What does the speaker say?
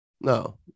No